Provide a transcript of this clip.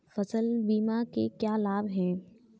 फसल बीमा के क्या लाभ हैं?